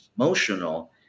emotional